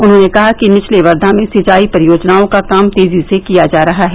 उन्होंने कहा कि निचले वर्धा में सिंचाई परियोजनाओं का काम तेजी से किया जा रहा है